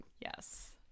Yes